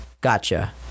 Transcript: Gotcha